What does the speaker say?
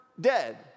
dead